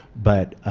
but